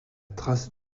trace